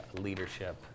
Leadership